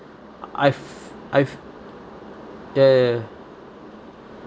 I've I've ya ya ya